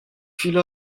fille